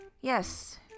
Yes